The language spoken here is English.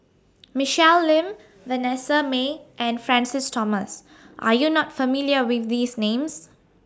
Michelle Lim Vanessa Mae and Francis Thomas Are YOU not familiar with These Names